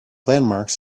landmarks